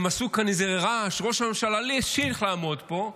הם עשו כאן איזה רעש, ראש הממשלה המשיך לעמוד פה,